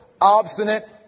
obstinate